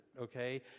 okay